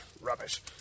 Rubbish